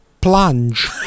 Plunge